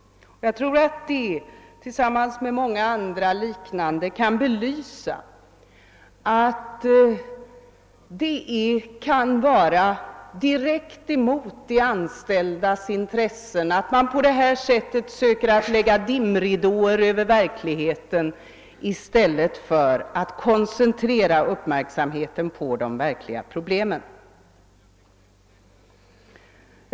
Jag tror att detta exempel tillsammans med många andra liknande belyser att det kan vara direkt emot de anställdas intressen att man på detta sätt försöker lägga dimridåer över verkligheten i stället för att koncentrera uppmärksamheten på de faktiska problemen.